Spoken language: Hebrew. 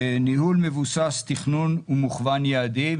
ניהול מבוסס תכנון מוכוון יעדים,